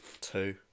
Two